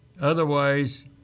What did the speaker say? Otherwise